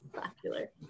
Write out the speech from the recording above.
popular